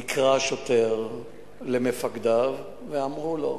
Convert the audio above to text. נקרא השוטר למפקדיו ואמרו לו,